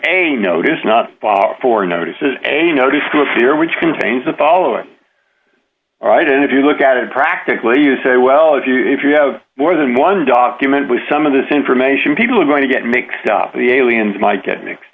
a notice not for notices a notice to appear which contains the following all right and if you look at it practically you say well if you if you have more than one document with some of this information people are going to get mixed up in the aliens might get mixed